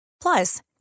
plus